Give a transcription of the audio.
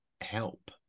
help